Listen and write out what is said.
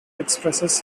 expresses